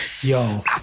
Yo